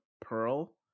Pearl